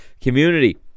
community